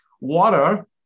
Water